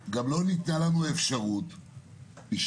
ניתנה לחברי הכנסת הזדמנות נאותה וניתנת